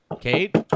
Kate